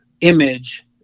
image